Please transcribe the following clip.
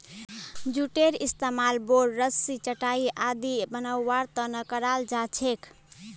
जूटेर इस्तमाल बोर, रस्सी, चटाई आदि बनव्वार त न कराल जा छेक